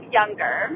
younger –